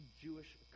Jewish